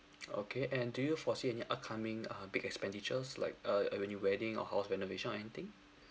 okay and do you foresee any upcoming uh big expenditures like uh uh when you wedding or house renovation or anything